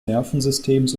nervensystems